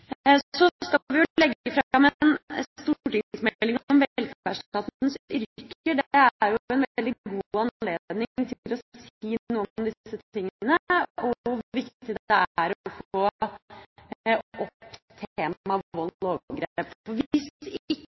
Så skal vi jo legge fram en stortingsmelding om velferdsstatens yrker. Det er en veldig god anledning til å si noe om disse tingene og hvor viktig det er å få opp temaet vold og overgrep. Hvis ikke det temaet blir snakket om og man ikke